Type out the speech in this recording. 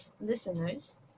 listeners